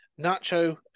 Nacho